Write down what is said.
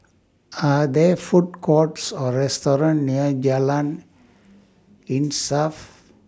Are There Food Courts Or restaurants near Jalan Insaf